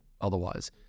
otherwise